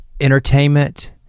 entertainment